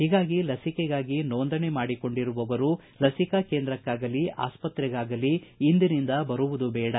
ಹೀಗಾಗಿ ಲಸಿಕೆಗಾಗಿ ನೋಂದಣಿ ಮಾಡಿಕೊಂಡಿರುವವರು ಲಸಿಕಾ ಕೇಂದ್ರಕ್ಕಾಗಲಿ ಆಸ್ಪತ್ತೆಗಾಗಲೀ ಇಂದಿನಿಂದ ಬರುವುದು ಬೇಡ